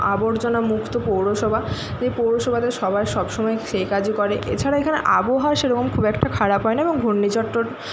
আবর্জনা মুক্ত পৌরসভা যে পৌরসভা থেকে সবার সবসময় সেই কাজও করে এছাড়া এখানে আবহওয়া সেরকম খুব একটা খারাপ হয় না এবং ঘূর্ণি ঝড় টর